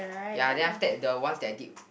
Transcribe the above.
ya then after that the ones that I did